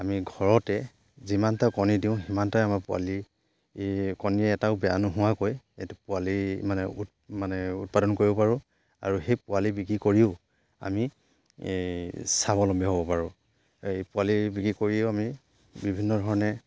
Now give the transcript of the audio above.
আমি ঘৰতে যিমানটা কণী দিওঁ সিমানটাই আমাৰ পোৱালি কণীয়ে এটাও বেয়া নোহোৱাকৈ এইটো পোৱালি মানে মানে উৎপাদন কৰিব পাৰোঁ আৰু সেই পোৱালি বিক্ৰী কৰিও আমি স্বাৱলম্বী হ'ব পাৰোঁ এই পোৱালি বিক্ৰী কৰিও আমি বিভিন্ন ধৰণে